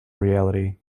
reality